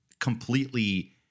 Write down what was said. completely